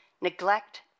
Neglect